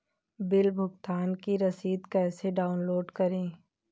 Bill भुगतान की रसीद कैसे डाउनलोड करें?